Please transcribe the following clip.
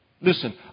Listen